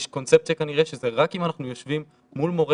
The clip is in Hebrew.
יש קונספציה כנראה שזה רק אם אנחנו יושבים מול מורה